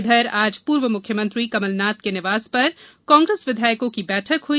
इधर आज पूर्व मुख्यमंत्री कमलनाथ के निवास पर कांग्रेस विधायकों की बैठक हुई